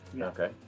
Okay